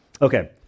Okay